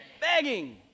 begging